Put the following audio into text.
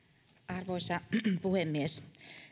arvoisa puhemies